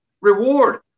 reward